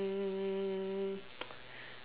um